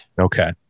Okay